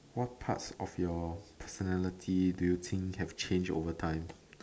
what parts of your personality do you think have changed over time